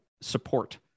support